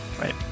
right